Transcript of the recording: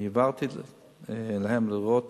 אני העברתי להם, לראות